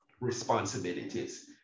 responsibilities